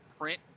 print